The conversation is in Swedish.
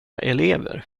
elever